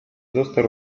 został